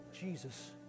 Jesus